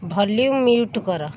volume mute କର